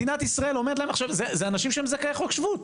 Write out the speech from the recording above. מדינת ישראל אומרת להם זה אנשים שהם זכאי חוק שבות.